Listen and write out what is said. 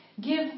Give